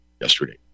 yesterday